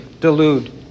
delude